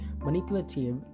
manipulative